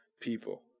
people